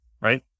right